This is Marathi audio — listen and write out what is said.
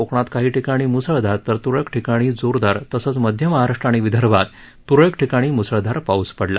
कोकणात काही ठिकाणी मुसळधार तर तुरळक ठिकाणी जोरदार तसंच मध्य महाराष्ट्र आणि विदर्भात तुरळक ठिकाणी म्सळधार पाऊस पडला